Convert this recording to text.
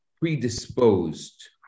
predisposed